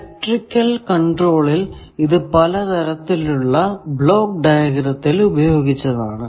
electrical കൺട്രോളിൽ ഇത് പല തരത്തിലുള്ള ബ്ലോക്ക് ഡയഗ്രത്തിൽ ഉപയോഗിച്ചതാണ്